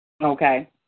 Okay